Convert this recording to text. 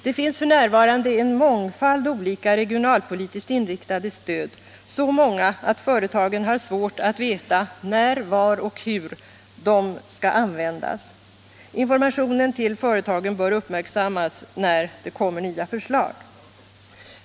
Det finns f. n. en mångfald olika regionalpolitiskt inriktade stöd, så många att företagen har svårt att veta när, var och hur de skall användas. Informationen till företagen bör uppmärksammas när det kommer nya förslag.